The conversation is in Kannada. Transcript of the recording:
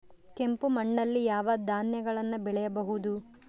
ಕೆಂಪು ಮಣ್ಣಲ್ಲಿ ಯಾವ ಧಾನ್ಯಗಳನ್ನು ಬೆಳೆಯಬಹುದು?